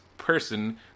person